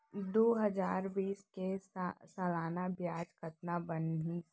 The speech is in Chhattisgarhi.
दू हजार बीस के सालाना ब्याज कतना बनिस?